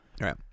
Right